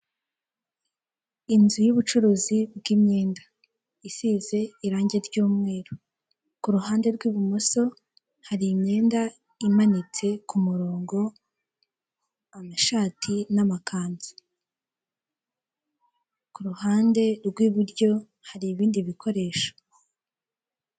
Inzu y'ubucuruzi bw'imyenda isize irangi ry'umweru, kuruhande rw'ibumoso hari imyenda imanitse kumurongo, amashati, n'amakanzu kuruhande rw'iburyo hari ibindi bikoresho.